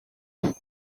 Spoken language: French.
cent